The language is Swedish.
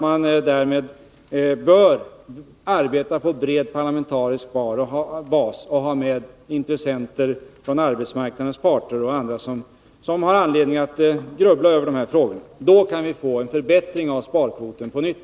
Man bör arbeta på bred parlamentarisk bas och ha med intressenter som arbetsmarknadens parter och andra som har anledning att grubbla över de här frågorna. Då kan vi få en förbättring av sparkvoten på nytt.